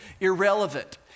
irrelevant